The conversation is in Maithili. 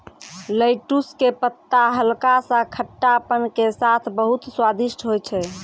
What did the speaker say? लैटुस के पत्ता हल्का सा खट्टापन के साथॅ बहुत स्वादिष्ट होय छै